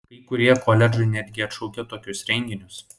kai kurie koledžai netgi atšaukė tokius renginius